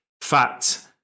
fat